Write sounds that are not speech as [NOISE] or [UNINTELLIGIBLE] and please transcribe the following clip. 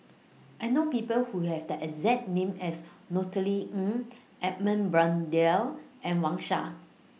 I know People Who Have The exact name as [UNINTELLIGIBLE] Ng Edmund Blundell and Wang Sha